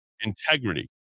integrity